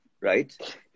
Right